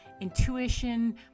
intuition